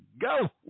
go